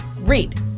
Read